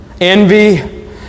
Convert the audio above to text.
envy